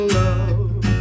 love